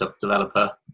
developer